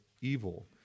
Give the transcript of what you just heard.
evil